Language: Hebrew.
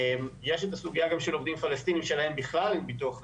יש את הסוגיה גם של עובדים פלסטינים שאין להם בכלל ביטוח רפואי,